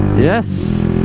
yes